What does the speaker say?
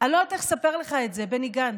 אני לא יודעת איך לספר לך את זה, בני גנץ,